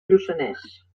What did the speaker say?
lluçanès